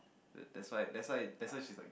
that's why that's why that's why she's like